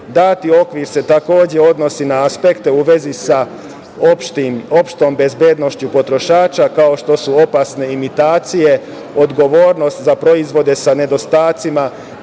okvir se, takođe odnosi na aspekte u vezi sa opštom bezbednošću potrošača, kao što su opasne imitacije odgovornost za proizvode sa nedostacima